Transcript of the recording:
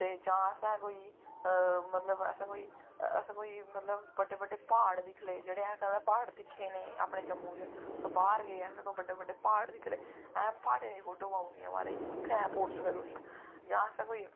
ते जां असें कोई मतलव असें कोई असें कोई मतलव बड्डा बड्डा कोई जेह्ड़े असें पैह्लैं दिक्खे नेंई अपनै जम्मू च अस बाह्र गे असें कोई बड्डे बड्डे प्हाड़ दिक्खी ले असें प्हाड़ें दी फोटो पाई ले माराज उत्थें असैं पोस्ट करी ओड़नी जां असें कोई